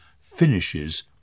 finishes